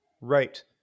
Right